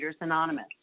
Anonymous